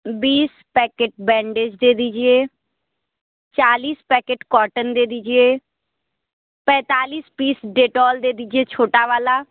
बीस packet bandage दे दीजिए चालीस पैकेट कॉटन दे दीजिए पैंतालीस पीस डेटॉल दे दीजिए छोटा वाला